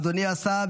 אדוני השר.